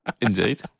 Indeed